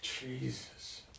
Jesus